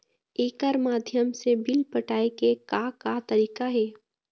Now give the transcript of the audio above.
एकर माध्यम से बिल पटाए के का का तरीका हे?